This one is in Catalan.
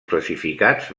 classificats